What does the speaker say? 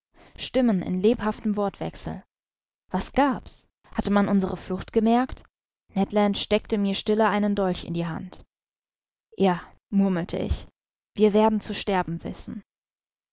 stimmen in lebhaftem wortwechsel was gab's hatte man unsere flucht gemerkt ned land steckte mir stille einen dolch in die hand ja murmelte ich wir werden zu sterben wissen